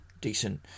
decent